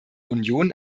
union